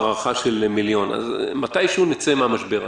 הערכה של מיליון מתישהו נצא מן המשבר הזה,